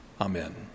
Amen